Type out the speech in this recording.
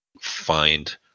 find